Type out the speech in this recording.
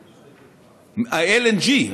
ה-LNG,